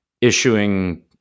issuing